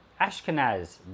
Ashkenaz